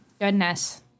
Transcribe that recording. goodness